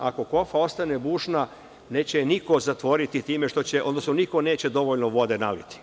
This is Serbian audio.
Ako kofa ostane bušna, neće je niko zatvoriti, odnosno niko neće dovoljno vode naliti.